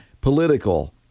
political